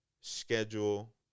schedule